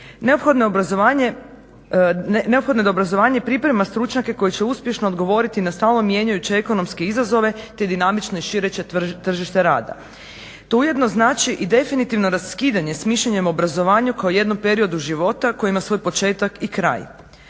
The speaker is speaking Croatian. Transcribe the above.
neophodno je da obrazovanje priprema stručnjake koji će uspješno odgovoriti na stalno mijenjajuće ekonomske izazove te dinamično i šireće tržište rada. To ujedno znači i definitivno raskidanje … obrazovanju kao jednom periodu života koje ima svoj početak i kraj.